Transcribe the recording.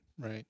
right